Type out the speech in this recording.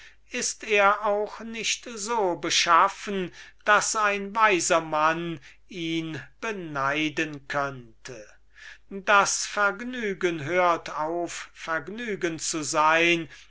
ist er nicht so beschaffen daß ein weiser mann ihn beneiden könnte das vergnügen höret auf vergnügen zu sein